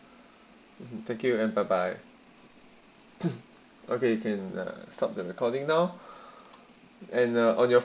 thank you and bye bye okay can stop the recording now and uh on your